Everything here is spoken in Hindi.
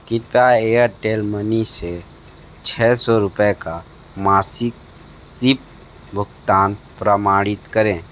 कृपया एयरटेल मनी से छः सौ रुपए का मासिक सिप भुगतान प्रमाणित करें